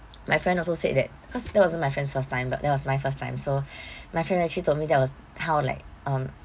my friend also said that cause that wasn't my friends first time but that was my first time so my friend actually told me that was kind of like um